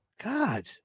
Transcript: God